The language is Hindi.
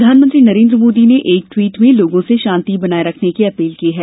प्रधानमंत्री नरेन्द्र मोदी ने एक ट्वीट में लोगों से शांति की अपील की है